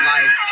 Life